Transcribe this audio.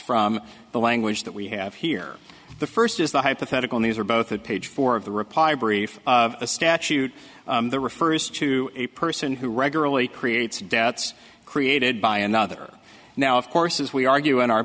from the language that we have here the first is the hypothetical these are both at page four of the reply brief of a statute refers to a person who regularly creates debts created by another now of course as we argue in our